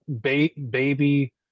baby